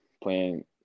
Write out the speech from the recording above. playing